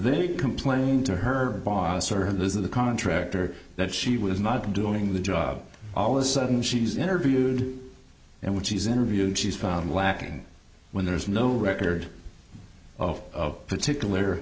they complained to her boss or those of the contractor that she was not doing the job all the sudden she's interviewed and when she's interviewed she's found lacking when there's no record of particular